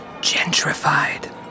gentrified